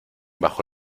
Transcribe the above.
bajo